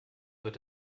wird